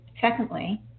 Secondly